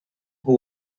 who